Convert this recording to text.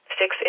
six